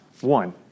One